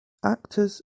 actors